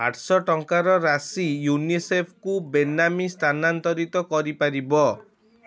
ଆଠଶହ ଟଙ୍କାର ରାଶି ୟୁନିସେଫ୍କୁ ବେନାମୀ ସ୍ଥାନାନ୍ତରିତ କରିପାରିବ